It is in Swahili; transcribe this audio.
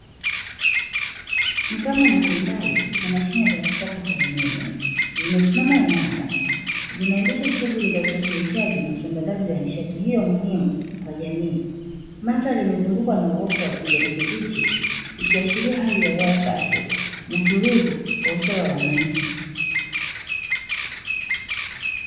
Mitambo mbalimbali na mashine za kisasa za umeme, zimesimama imara zinaendesha shughuli za usafirishaji na usambazaji wa nishati hiyo muhimu kwa jamii. Mandhari imezungukwa na uoto wa ukijani kibichi, ikiashiria hali ya hewa safi na tulivu kwa ustawi wa wananchi.